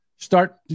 start